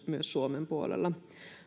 suomen puolella